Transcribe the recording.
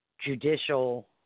judicial